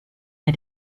bei